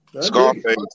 Scarface